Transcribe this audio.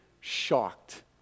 shocked